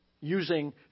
using